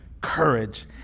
courage